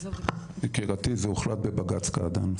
יקירתי, זה הוחלט בבג"ץ קעדאן.